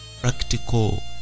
practical